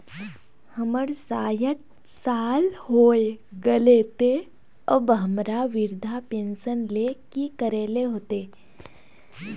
हमर सायट साल होय गले ते अब हमरा वृद्धा पेंशन ले की करे ले होते?